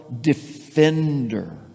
defender